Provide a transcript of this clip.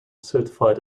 certified